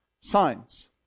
Signs